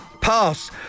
Pass